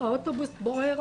האוטובוס בוער,